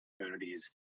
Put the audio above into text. opportunities